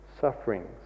sufferings